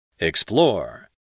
Explore